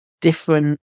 different